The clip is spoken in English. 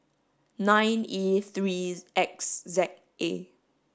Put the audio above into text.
nine E three X Z A